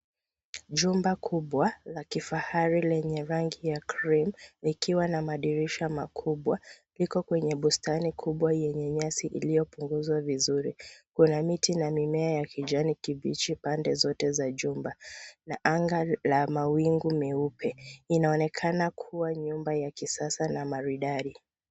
Jumba kubwa la kifahari lenye rangi ya cream likiwa na madirisha makubwa liko kwenye bustani kubwa iliyopunguzwa vizuri. Kuna miti na mimea ya kijani kibichi pande zoteza jumba na anga la mawingu meupe. Inaonekana kuwa nyumba ya kisasa na maridadi.